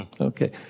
Okay